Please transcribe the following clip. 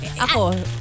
Ako